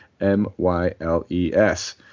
M-Y-L-E-S